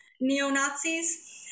neo-Nazis